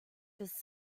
this